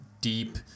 deep